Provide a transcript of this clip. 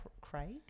Craig